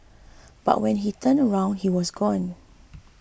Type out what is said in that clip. but when he turned around he was gone